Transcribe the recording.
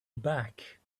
back